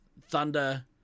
Thunder